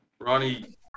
Ronnie